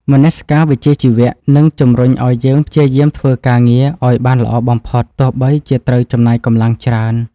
មនសិការវិជ្ជាជីវៈនឹងជម្រុញឱ្យយើងព្យាយាមធ្វើការងារឱ្យបានល្អបំផុតទោះបីជាត្រូវចំណាយកម្លាំងច្រើន។